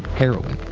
heroin,